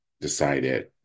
decided